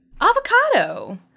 Avocado